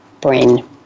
brain